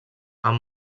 amb